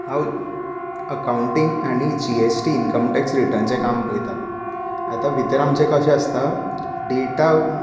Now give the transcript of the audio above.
हांव अकांवटींग आनी G S T income tax रिटर्न्सचें काम पळयतां आतां भितर आमचें कशें आसता डॅटा